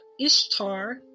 Ishtar